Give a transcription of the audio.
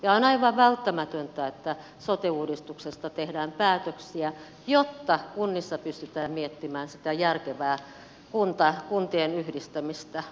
ja on aivan välttämätöntä että sote uudistuksesta tehdään päätöksiä jotta kunnissa pystytään miettimään sitä järkevää kuntien yhdistämistä kuntakokoa